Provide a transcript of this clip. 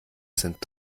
sind